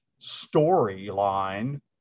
storyline